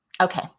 Okay